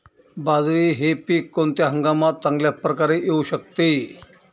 बाजरी हे पीक कोणत्या हंगामात चांगल्या प्रकारे येऊ शकते?